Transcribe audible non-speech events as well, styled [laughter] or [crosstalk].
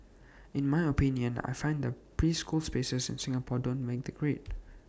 in my opinion I find that preschool spaces in Singapore don't make the grade [noise]